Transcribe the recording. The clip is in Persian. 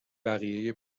بقیه